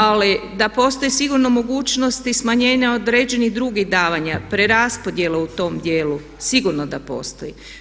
Ali da postoji sigurno mogućnost i smanjenja određenih drugih davanja, preraspodjela u tom djelu sigurno da postoji.